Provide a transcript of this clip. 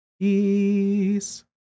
Peace